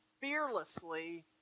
fearlessly